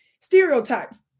stereotypes